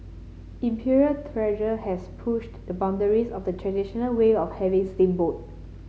Imperial Treasure has pushed the boundaries of the traditional way of having steamboat